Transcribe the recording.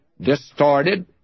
distorted